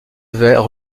devaient